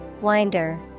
Winder